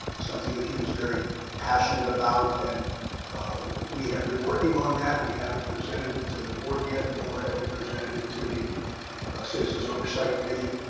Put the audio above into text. something that he was very passionate about. and we have been working on that. we haven't presented it to the board yet, nor have we presented it to the citizens oversight committee.